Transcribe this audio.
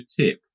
tip